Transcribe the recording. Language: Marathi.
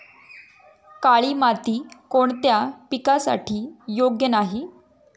काळी माती कोणत्या पिकासाठी योग्य नाही?